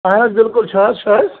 اَہَن حظ بِلکُل چھُ حظ چھُ حظ